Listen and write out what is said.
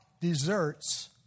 deserts